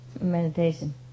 meditation